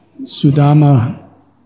Sudama